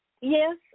Yes